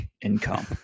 income